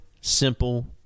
simple